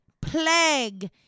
plague